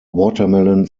watermelon